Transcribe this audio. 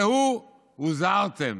ראו, הוזהרתם.